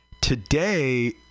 today